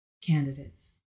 candidates